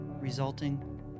resulting